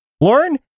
Lauren